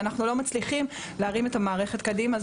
אנחנו לא מצליחים להרים את המערכת קדימה.